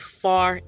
far